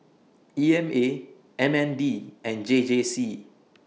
E M A M N D and J J C